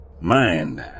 mind